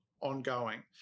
ongoing